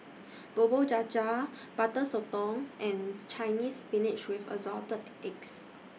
Bubur Cha Cha Butter Sotong and Chinese Spinach with Assorted Eggs